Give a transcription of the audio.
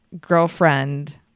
girlfriend